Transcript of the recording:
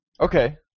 Okay